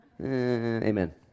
amen